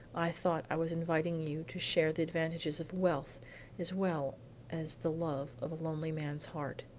i thought i was inviting you to share the advantages of wealth as well as the love of a lonely man's heart.